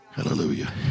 Hallelujah